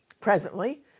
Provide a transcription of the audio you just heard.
Presently